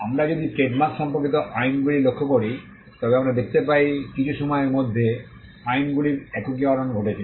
আমরা যদি ট্রেডমার্ক সম্পর্কিত আইনগুলি লক্ষ্য করি তবে আমরা দেখতে পাই কিছু সময়ের মধ্যে আইনগুলির একীকরণ ঘটছে